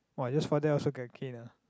!wah! just for that also get canned ah